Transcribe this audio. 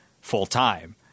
full-time